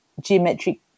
geometric